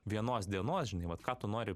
vienos dienos žinai vat ką tu nori